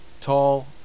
Tall